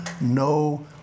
no